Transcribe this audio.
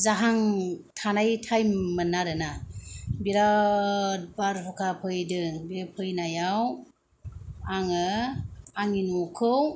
जाहां थानाय टाइममोन आरो ना बिराथ बारहुंखा फैदों बे फैनायाव आङो आंनि न'खौ